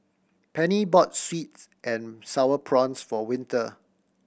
Pennie bought sweet and Sour Prawns for Winter